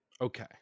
Okay